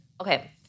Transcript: Okay